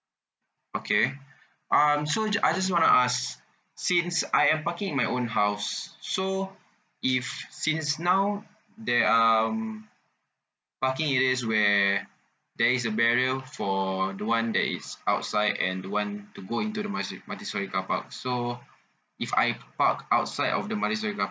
okay um so ju~ I just want to ask since I am parking in my own house so if since now there um parking areas where there is a barrier for the one that is outside and the one to go in to the multi~ multistorey car park so if I park outside of the multistorey car